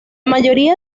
mayoría